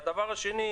והדבר השני,